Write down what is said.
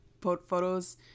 photos